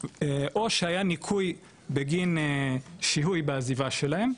או שהיה ניכוי בגין שהוי בעזיבה שלהם.